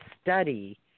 study